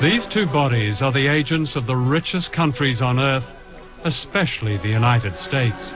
these two bodies are the agents of the richest countries on earth especially the united states